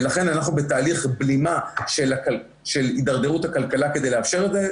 ולכן אנחנו בתהליך בלימה של התדרדרות הכלכלה כדי לאפשר את זה.